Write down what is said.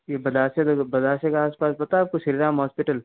यह बदासिया बदासिया के आस पास पता है आपको श्री राम हॉस्पिटल